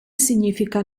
significa